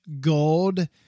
gold